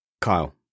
kyle